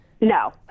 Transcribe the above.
No